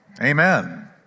Amen